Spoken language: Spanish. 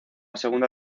segunda